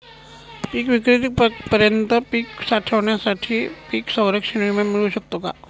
पिकविक्रीपर्यंत पीक साठवणीसाठी पीक संरक्षण विमा मिळू शकतो का?